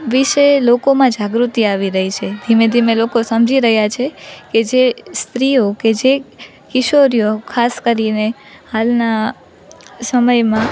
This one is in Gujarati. વિશે લોકોમાં જાગૃતિ આવી રહી છે ધીમે ધીમે લોકો સમજી રહ્યાં છે કે જે સ્ત્રીઓ કે જે કિશોરીઓ ખાસ કરીને હાલના સમયમાં